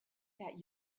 that